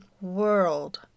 world